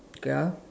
ya